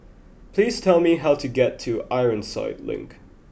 please tell me how to get to Ironside Link